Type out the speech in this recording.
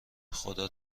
خدا